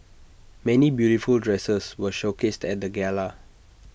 many beautiful dresses were showcased at the gala